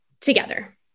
together